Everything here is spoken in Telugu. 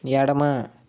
ఎడమ